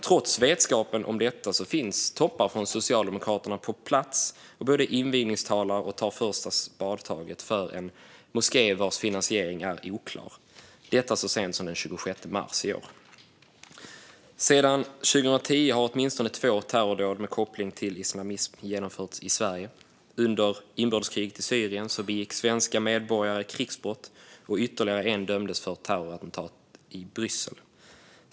Trots vetskapen om detta finns toppar från Socialdemokraterna på plats och både invigningstalar och tar första spadtaget för en moské vars finansiering är oklar, detta så sent som den 26 mars i år. Sedan 2010 har åtminstone två terrordåd med koppling till islamism genomförts i Sverige. Under inbördeskriget i Syrien begick svenska medborgare krigsbrott, och ytterligare en dömdes för ett terrorattentat i Bryssel.